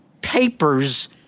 papers